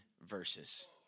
verses